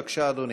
בבקשה, אדוני.